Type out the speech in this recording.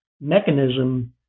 mechanism